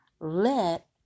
Let